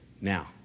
Now